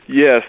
Yes